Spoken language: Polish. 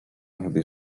gdy